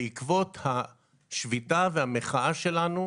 בעקבות השביתה והמחאה שלנו,